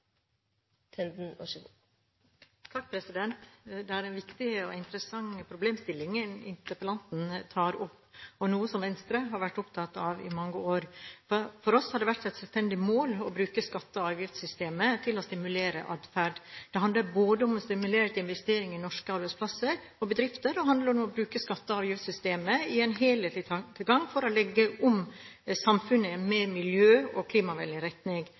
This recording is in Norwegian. en viktig og interessant problemstilling interpellanten tar opp, og noe som Venstre har vært opptatt av i mange år. For oss har det vært et selvstendig mål å bruke skatte- og avgiftssystemet til å stimulere adferd. Det handler om både å stimulere til investeringer i norske arbeidsplasser og bedrifter, og det handler om å bruke skatte- og avgiftssystemet i en helhetlig tankegang for å legge om samfunnet i en mer miljø- og klimavennlig retning.